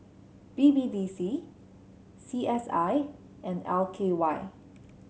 B B D C C S I and L K Y